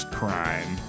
crime